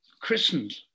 christened